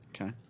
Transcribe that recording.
Okay